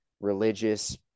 religious